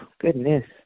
goodness